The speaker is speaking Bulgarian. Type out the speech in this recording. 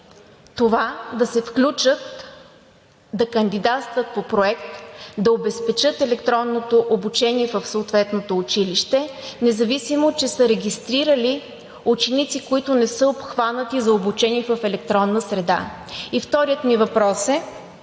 това да се включат, да кандидатстват по проект, да обезпечат електронното обучение в съответното училище, независимо че са регистрирали ученици, които не са обхванати за обучение в електронна среда? И вторият ми въпрос е: